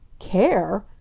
care!